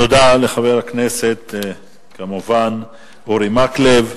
תודה לחבר הכנסת כמובן אורי מקלב.